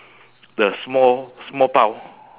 the small small bao